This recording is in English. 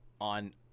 on